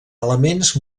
elements